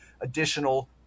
additional